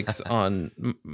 on